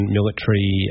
military